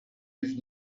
his